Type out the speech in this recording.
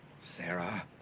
sara